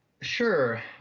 Sure